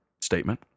statement